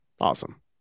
Awesome